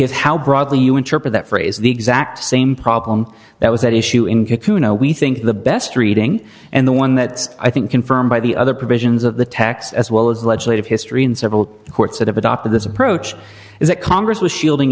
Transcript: is how broadly you interpret that phrase the exact same problem that was at issue in get you know we think the best reading and the one that i think confirmed by the other provisions of the tax as well as legislative history in several courts that have adopted this approach is that congress was shielding